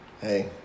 Hey